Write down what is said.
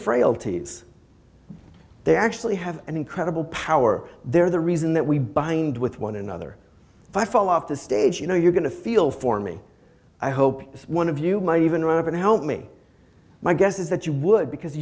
frailties they actually have an incredible power they're the reason that we behind with one another if i fall off the stage you know you're going to feel for me i hope one of you might even run up and help me my guess is that you would because